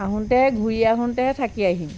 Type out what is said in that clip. আহোঁতে ঘূৰি আহোঁতে থাকি আহিম